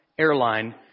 airline